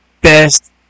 best